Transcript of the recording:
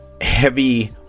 heavy